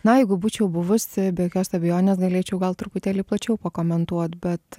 na jeigu būčiau buvusi be jokios abejonės galėčiau gal truputėlį plačiau pakomentuot bet